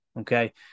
Okay